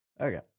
Okay